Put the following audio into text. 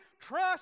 trust